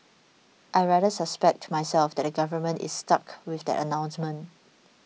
I rather suspect myself that the government is stuck with that announcement